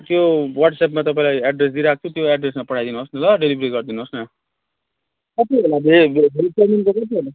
त्यो वाट्सएपमा तपाईँलाई एड्रेस दिइराख्छु त्यो एड्रेसमा पठाइदिनु होस् न ल डेलिभरी गरिदिनु होस् न कति होला भे भेज चाउमिनको कति होला